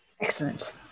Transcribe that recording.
Excellent